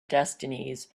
destinies